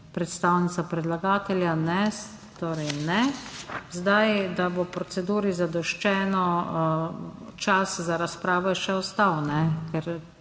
predstavnica predlagatelja. Torej ne. Zdaj, da bo proceduri zadoščeno, čas za razpravo še ostal, ker